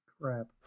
crap